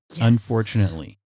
unfortunately